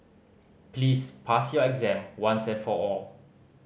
please pass your exam once and for all